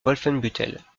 wolfenbüttel